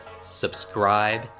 subscribe